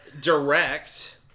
Direct